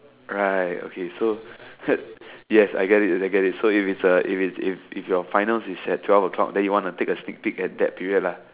right okay so yes I get it I get it so if it's a if it's if if your finals is at twelve o-clock then you want to take a sneak peek at that period lah